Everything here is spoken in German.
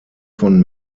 von